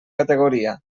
categoria